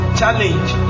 challenge